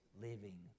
living